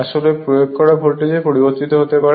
আসলে প্রয়োগ করা ভোল্টেজ পরিবর্তিত হতে পারে